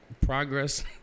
progress